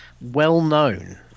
well-known